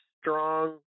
strong